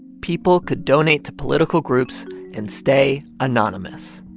people could donate to political groups and stay anonymous.